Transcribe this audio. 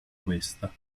questa